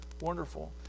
wonderful